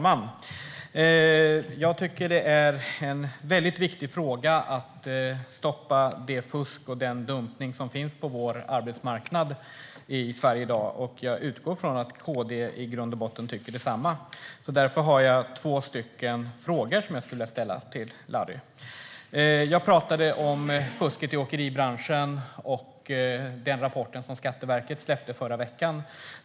Herr talman! Det är en väldigt viktig fråga att stoppa det fusk och den dumpning som finns på vår arbetsmarknad i Sverige i dag. Jag utgår från att KD i grund och botten tycker detsamma. Därför har jag två frågor som jag skulle vilja ställa till Larry. Jag talade om fusket i åkeribranschen och den rapport som Skatteverket släppte förra veckan.